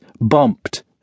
bumped